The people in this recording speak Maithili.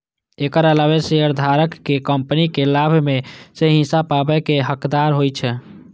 एकर अलावे शेयरधारक कंपनीक लाभ मे सं हिस्सा पाबै के हकदार होइ छै